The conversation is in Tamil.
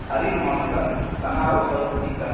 அரியலூர் மாவட்டம் sir Sannavur south street sir